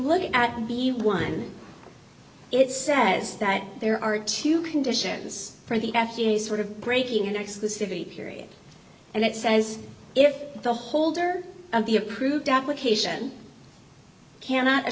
look at the one it says that there are two conditions for the f d a sort of breaking an exclusivity period and that says if the holder of the approved application cannot